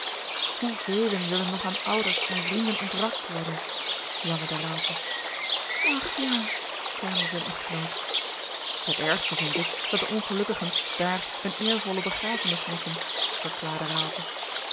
hoevelen zullen nog aan ouders en vrienden ontrakt worden jammerde raalte ach ja kermde zijne echtgenoot het ergste vind ik dat de ongelukkigen daar eene eervolle begrafenis missen verklaarde